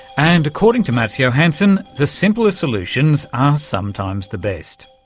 and according to mats johansson, the simplest solutions are sometimes the best.